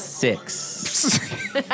Six